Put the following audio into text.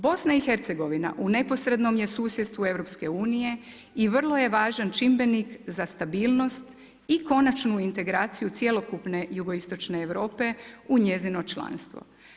BIH u naporednom je susjedstvu EU i vrlo je važan čimbenik za stabilnost i konačnu integraciju cjelokupne jugoistočne Europe u njezino članstvo.